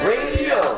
Radio